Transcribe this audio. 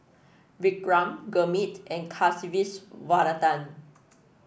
Vikram Gurmeet and Kasiviswanathan